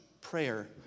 prayer